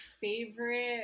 favorite